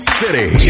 city